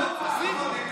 תשיגו.